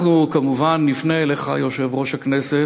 אנחנו כמובן נפנה אליך, יושב-ראש הכנסת,